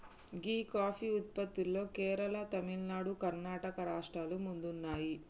గీ coffee ఉత్పత్తిలో కేరళ, తమిళనాడు, కర్ణాటక రాష్ట్రాలు ముందున్నాయి